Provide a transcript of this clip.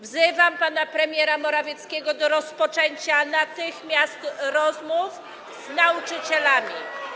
Wzywam pana premiera Morawieckiego do rozpoczęcia natychmiast rozmów z nauczycielami.